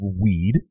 weed